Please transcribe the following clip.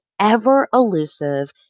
ever-elusive